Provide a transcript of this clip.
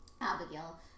Abigail